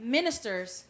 ministers